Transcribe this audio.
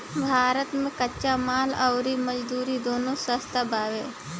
भारत मे कच्चा माल अउर मजदूरी दूनो सस्ता बावे